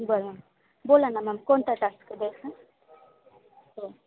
बरं बोला ना मॅम कोणता तास कधी हो